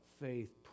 faith